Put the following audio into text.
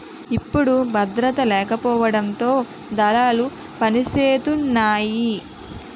ఇప్పుడు భద్రత లేకపోవడంతో దళాలు పనిసేతున్నాయి